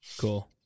Cool